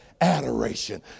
Adoration